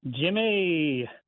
Jimmy